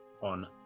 on